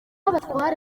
abatware